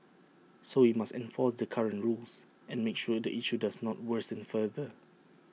so we must enforce the current rules and make sure the issue does not worsen further